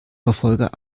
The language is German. verfolger